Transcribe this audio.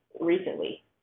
recently